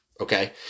okay